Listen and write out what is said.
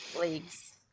leagues